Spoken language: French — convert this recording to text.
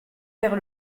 vers